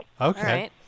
Okay